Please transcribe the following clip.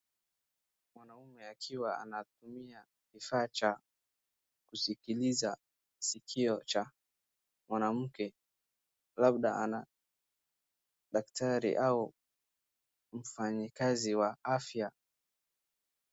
Mwanaume akiwa anatumia kifaa cha kusikiliza sikio cha mwanamke labda ana daktari au mfanyikazi wa afya.